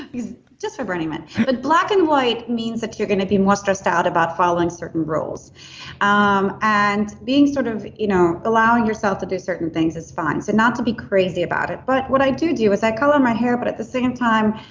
just for burning man. but black and white means that you're going to be more stressed out about following certain rules um and being sort of you know allowing yourself to do certain things is fine, so not to be crazy about it, but what i do do is i color my hair, but at the same time,